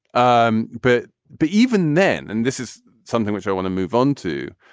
um but but even then and this is something which i want to move on to.